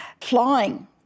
Flying